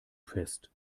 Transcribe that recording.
fest